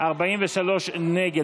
43 נגד.